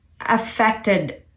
affected